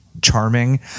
charming